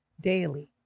daily